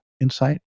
insight